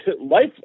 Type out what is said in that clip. life